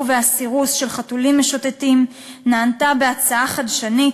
והסירוס של חתולים משוטטים נענתה בהצעה חדשנית,